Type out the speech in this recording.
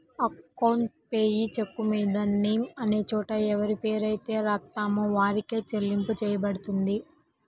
account payee చెక్కుమీద name అనే చోట ఎవరిపేరైతే రాత్తామో వారికే చెల్లింపు చెయ్యబడుతుంది